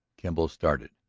kemble started.